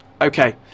Okay